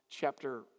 chapter